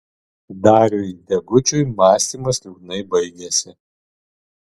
dariui degučiui mąstymas liūdnai baigėsi